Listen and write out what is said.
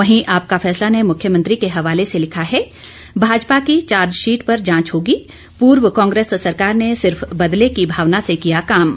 वहीं आपका फैसला ने मुख्यमंत्री के हवाले से लिखा है भाजपा की चार्जशीट पर जांच होगी पूर्व कांग्रेस सरकार ने सिर्फ बदले की भावना से काम किया